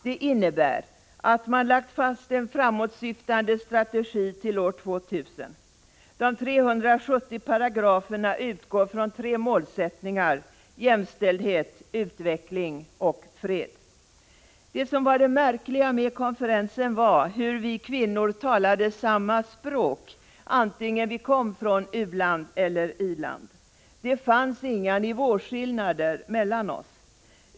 Det innebär att man lagt fast en framåtsyftande strategi till år 2000. De 370 paragraferna utgår från tre målsättningar: jämställdhet, utveckling och fred. Det som var det märkliga med konferensen var hur vi kvinnor talade samma språk antingen vi kom från u-land eller i-land. Det fanns inga nivåskillnader mellan oss.